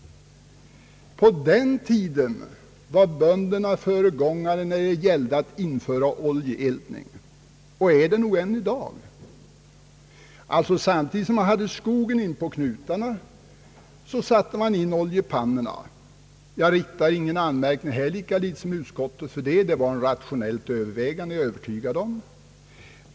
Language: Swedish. På den tiden var bönderna föregångsmän när det gällde att införa oljeeldning och är det nog än i dag. Samtidigt som de hade skogen inpå knutarna, satte de in oljepannorna i sina hus, Jag riktar ingen anmärkning mot detta, lika litet som utskottet, ty bakom detta låg ett rationellt övervägande — det är jag övertygad om.